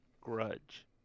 Grudge